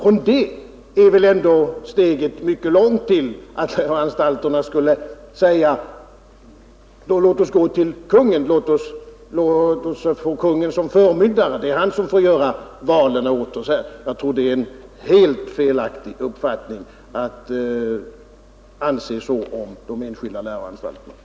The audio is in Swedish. Från detta är väl ändå steget mycket långt till att anstalterna säger: Låt oss gå till Kungl. Maj:t, låt oss få Kungl. Maj:t som förmyndare som får göra valen åt oss. Jag tror det är helt felaktigt att anse detta om enskilda läroanstalter.